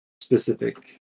specific